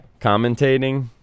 commentating